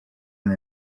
and